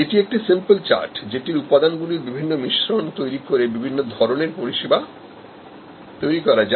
এটি একটি simple chart যেটির উপাদানগুলোর বিভিন্ন মিশ্রণ তৈরি করে বিভিন্ন ধরনের পরিষেবা তৈরি করা যায়